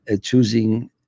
choosing